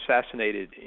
assassinated